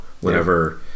whenever